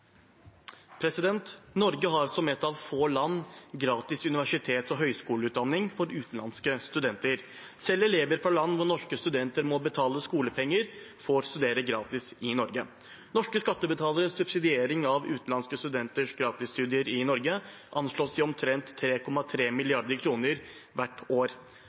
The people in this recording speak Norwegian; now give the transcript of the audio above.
Norge har, som et av få land, gratis universitets- og høyskoleutdanning for utenlandske studenter. Selv elever fra land hvor norske studenter må betale skolepenger, får studere gratis i Norge. Norske skattebetaleres subsidiering av utenlandske studenters gratisstudier i Norge anslås til omtrent 3,3 mrd. kr hvert år.